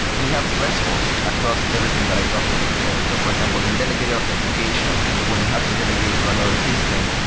and we have thresholds across everything that i talked about. for so for example, in delegated authentication, when we have to delegate to another system.